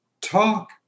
talk